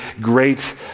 great